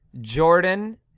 Jordan